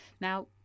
now